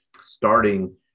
starting